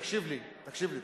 תקשיב לי,